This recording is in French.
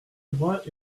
bras